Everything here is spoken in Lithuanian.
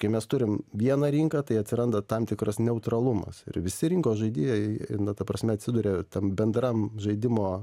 kai mes turim vieną rinką tai atsiranda tam tikras neutralumas ir visi rinkos žaidėjai na ta prasme atsiduria tam bendram žaidimo